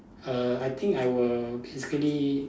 err I think I will basically